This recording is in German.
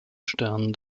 sternen